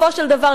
בסופו של דבר,